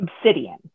obsidian